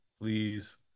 Please